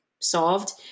solved